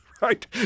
right